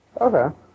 Okay